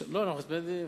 אנחנו תמימי דעים.